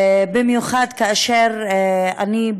במיוחד שאני,